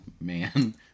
man